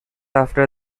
after